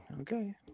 okay